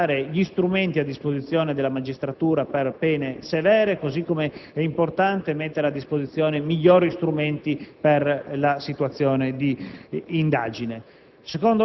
gli strumenti a disposizione della magistratura prevedendo pene severe, come è importante mettere a disposizione migliori strumenti di indagine.